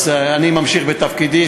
אני ממשיך בתפקידי,